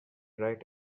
write